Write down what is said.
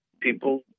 people